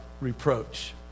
reproach